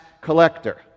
collector